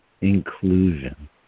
inclusion